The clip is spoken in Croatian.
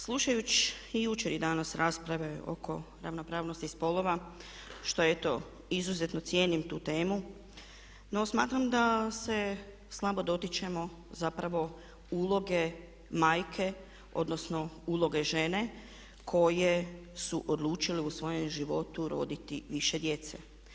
Slušajući i jučer i danas rasprave oko ravnopravnosti spolova što eto izuzetno cijenim tu temu, no smatram da se slabo dotičemo zapravo uloge majke, odnosno uloge žene koje su odlučile u svojem životu roditi više djece.